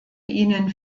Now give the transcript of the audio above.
ihnen